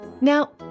Now